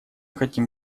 хотим